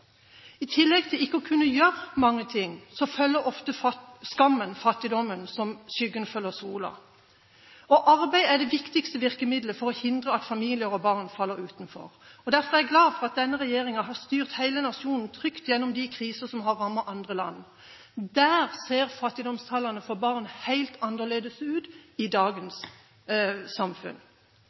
I tillegg til ikke å kunne gjøre mange ting, følger ofte skammen fattigdommen som skyggen følger sola. Arbeid er det viktigste virkemidlet for å hindre at familier og barn faller utenfor. Derfor er jeg glad for at denne regjeringen har styrt hele nasjonen trygt gjennom de kriser som har rammet andre land. Der ser fattigdomstallene for barn helt annerledes ut i dagens samfunn.